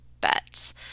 bets